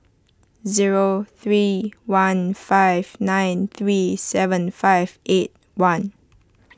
zero three one five nine three seven five eight one